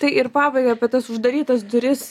tai ir pabaigai apie tas uždarytas duris